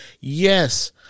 Yes